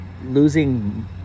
Losing